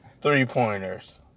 three-pointers